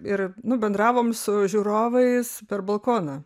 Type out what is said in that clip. ir nu bendravom su žiūrovais per balkoną